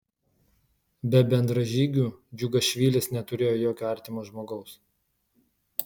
be bendražygių džiugašvilis neturėjo jokio artimo žmogaus